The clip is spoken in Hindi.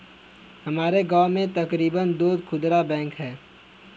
हमारे गांव में तकरीबन दो खुदरा बैंक है